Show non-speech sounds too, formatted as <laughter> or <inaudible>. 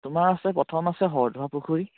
তোমাৰ আছে প্ৰথম আছে <unintelligible> পুখুৰী